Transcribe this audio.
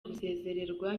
gusezererwa